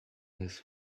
his